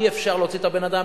אי-אפשר להוציא את הבן-אדם,